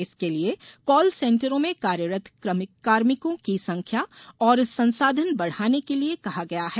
इसके लिए काल सेन्टरों में कार्यरत कार्मिकों की संख्या और संसाधन बढ़ाने के लिए कहा गया है